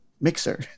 mixer